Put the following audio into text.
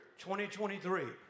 2023